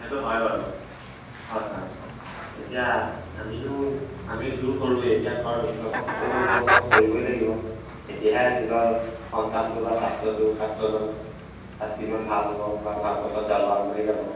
সেইটো হয় বাৰু হয় হয় এতিয়া আমিনো আমি জোৰ কৰোৱেই এতিয়া ঘৰত অভিভাৱকসকলেও জোৰ অকণ কৰিবও লাগিব তেতিয়াহে নিজৰ সন্তানটো বা ছাত্ৰটো ছাত্ৰজন ছাত্ৰীজন ভাল হ'ব বা ভাল পথত যাব আগবাঢ়ি যাব